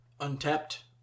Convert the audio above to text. Untapped